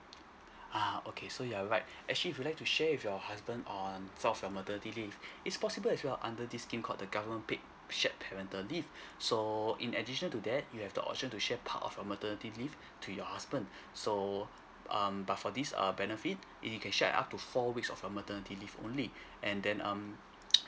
uh okay so you're right actually if you would like to share with your husband on some of your maternity leave is possible as well under this scheme called the government paid shared parental leave so in addition to that you have the option to share part of your maternity leave to your husband so um but for this err benefit you can share up to four weeks of your maternity leave only and then um